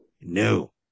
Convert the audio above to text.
No